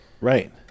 Right